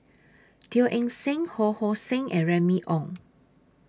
Teo Eng Seng Ho Hong Sing and Remy Ong